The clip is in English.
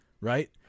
right